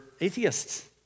atheists